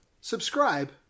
subscribe